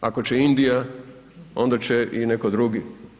Ako će Indija, onda će i netko drugi.